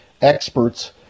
experts